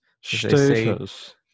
Status